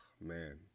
man